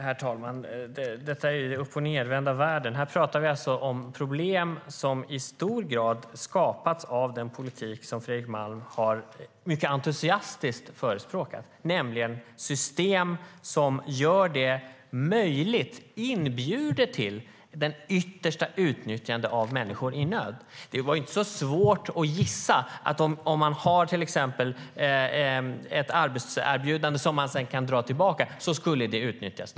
Herr talman! Detta är ju upp-och-nedvända världen. Här pratar vi om problem som i hög grad skapats av den politik som Fredrik Malm mycket entusiastiskt har förespråkat, nämligen ett system som gör det möjligt och inbjuder till ett yttersta utnyttjande av människor i nöd. Det var inte så svårt att gissa att om man kunde dra tillbaka ett arbetserbjudande, skulle det utnyttjas.